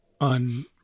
on